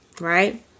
right